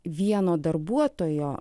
vieno darbuotojo